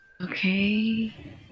Okay